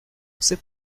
c’est